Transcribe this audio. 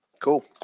Cool